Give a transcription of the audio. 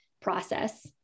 process